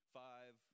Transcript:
five